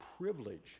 privilege